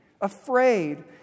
afraid